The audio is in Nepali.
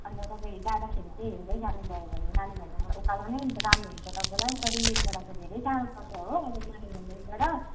अन्त तपाईँ जाँदाखेरि चाहिँ हिँड्दै जानु भयो भने माने भन्जायङमा उकालो नै राम्रो हुन्छ तपाईँलाई उता रिम्बिकबाट चाहिँ धेरै टाढो पर्छ हो माने भन्ज्याङबाट